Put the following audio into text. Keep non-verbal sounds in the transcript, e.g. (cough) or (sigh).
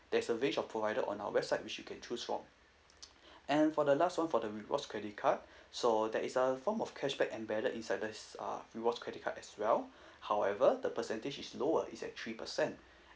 there's a range of provider on our website which you can choose from (breath) and for the last one for the rewards credit card (breath) so that is a form of cashback embedded inside this uh rewards credit card as well (breath) however the percentage is lower is at three percent